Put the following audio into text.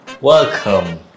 welcome